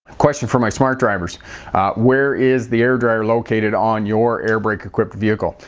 question for my smart drivers where is the air dryer located on your air brake equipped vehicle?